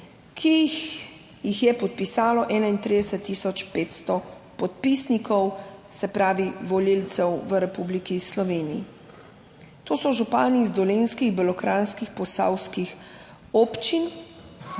ki jih je podpisalo 31 tisoč 500 podpisnikov, se pravi volivcev v Republiki Sloveniji. To so župani iz dolenjskih, belokranjskih, posavskih občin.